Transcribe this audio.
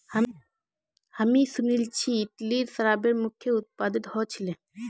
हामी सुनिल छि इटली शराबेर मुख्य उत्पादक ह छिले